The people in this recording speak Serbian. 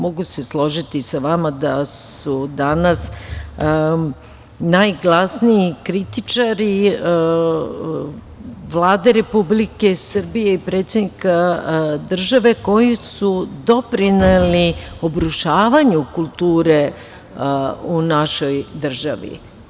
Mogu se složiti sa vama da su danas najglasniji kritičari Vlade Republike Srbije i predsednika države koji su doprineli urušavanju kulture u našoj državi.